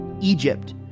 Egypt